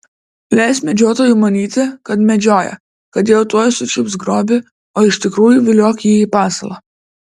leisk medžiotojui manyti kad medžioja kad jau tuoj sučiups grobį o iš tikrųjų viliok jį į pasalą